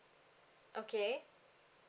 okay